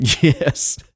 Yes